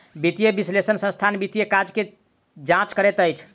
वित्तीय विश्लेषक संस्थानक वित्तीय काज के जांच करैत अछि